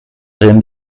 rien